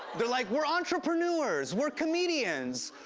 they're like, we're entrepreneurs. we're comedians.